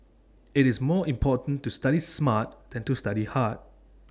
IT is more important to study smart than to study hard